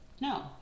no